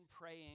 praying